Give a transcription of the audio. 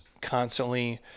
constantly